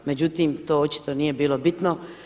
Međutim, to očito nije bilo bitno.